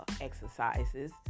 exercises